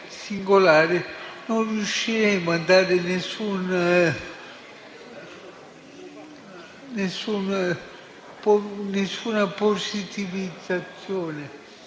non riusciremo a dare alcuna positivizzazione